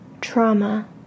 Trauma